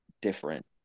different